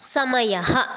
समयः